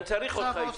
אני צריך אותך אתי.